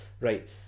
right